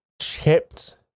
chipped